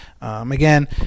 again